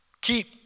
Keep